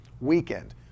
weekend